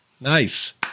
Nice